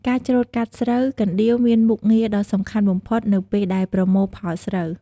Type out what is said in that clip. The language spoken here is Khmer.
ការច្រូតកាត់ស្រូវ កណ្ដៀវមានមុខងារដ៏សំខាន់បំផុតនៅពេលដែលប្រមូលផលស្រូវ។